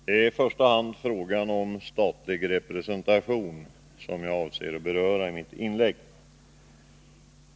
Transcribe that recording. Herr talman! Det är i första hand frågan om statlig representation som jag avser att beröra i mitt inlägg.